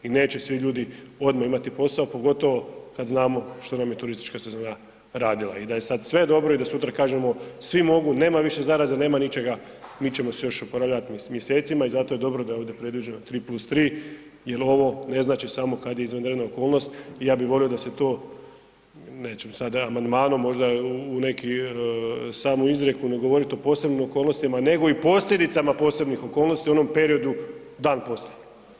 I neće svi ljudi odmah imati posao, pogotovo kad znamo što nam je turistička sezona radila i da je sad sve dobro i da sutra kažemo, svi mogu, nema više zaraze, nema ničega, mi ćemo se još oporavljati mjesecima i zato je dobro da je ovdje predviđeno 3+3 jer ovo ne znači samo kad je izvanredna okolnost i ja bih volio da se to, nećemo sad amandmanom, možda u neki samo u izreku ne govoriti o posebnim okolnostima, nego i posljedicama posebnih okolnosti u onom periodu dan poslije.